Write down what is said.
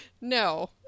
no